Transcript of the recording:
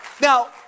Now